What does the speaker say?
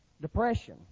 Depression